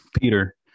Peter